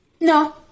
No